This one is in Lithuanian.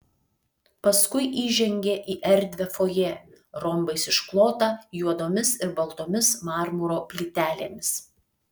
paskui įžengė į erdvią fojė rombais išklotą juodomis ir baltomis marmuro plytelėmis